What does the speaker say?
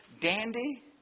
dandy